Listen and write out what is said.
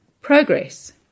Progress